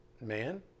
man